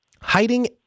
Hiding